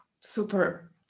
Super